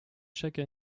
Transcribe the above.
chaque